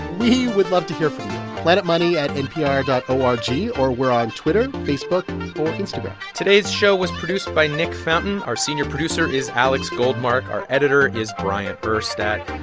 we would love to hear from you planetmoney at npr dot o r g. or we're on twitter, facebook and instagram today's show was produced by nick fountain. our senior producer is alex goldmark. our editor is bryant urstadt.